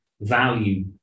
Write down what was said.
value